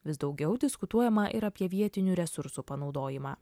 vis daugiau diskutuojama ir apie vietinių resursų panaudojimą